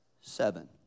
seven